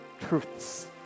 truths